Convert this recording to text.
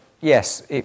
yes